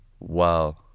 Wow